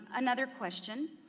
another question.